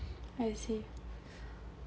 I see